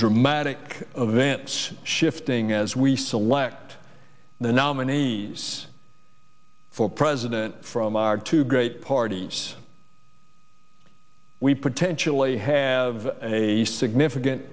dramatic of events shifting as we select the nominees for president from our two great parties we potentially have a significant